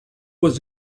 was